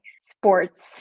sports